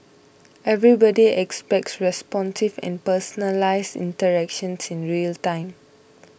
everybody expects responsive and personalised interactions in real time